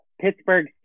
Pittsburgh